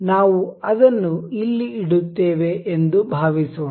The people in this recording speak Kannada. ನಾವು ಅದನ್ನು ಇಲ್ಲಿ ಇಡುತ್ತೇವೆ ಎಂದು ಭಾವಿಸೋಣ